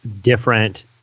different